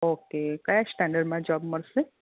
okay કયા સ્ટાન્ડર્ડમાં job મળશે